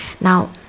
now